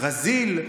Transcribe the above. ברזיל,